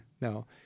no